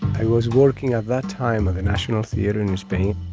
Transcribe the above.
i was working at that time of the national theatre in spain.